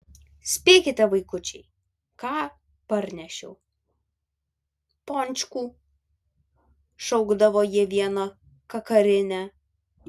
spėkite vaikučiai ką parnešiau pončkų šaukdavo jie viena kakarine